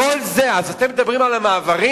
אז אתם מדברים על המעברים?